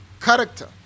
character